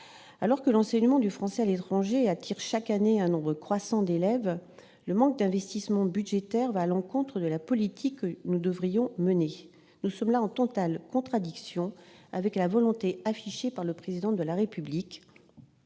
Alors que l'enseignement du français à l'étranger attire chaque année un nombre croissant d'élèves, le manque d'investissements budgétaires va à l'encontre de la politique que nous devrions mener. En l'occurrence, les choix opérés entrent même en totale contradiction avec la volonté, affichée par le Président de la République,